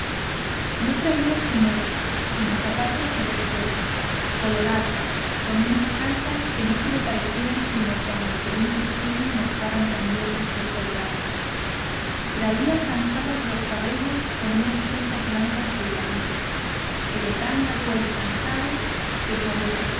no traía chinelas sino zapatos de dos suelas colorados con unas calzas que no se le parecían sino cuanto por un perfil mostraban también ser coloradas traía tranzados los cabellos con unas cintas blancas de hiladillo pero tan largo el tranzado que por las